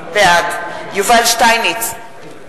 בעד יובל שטייניץ,